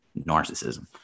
narcissism